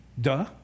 Duh